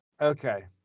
okay